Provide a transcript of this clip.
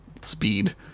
speed